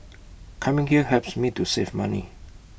coming here helps me to save money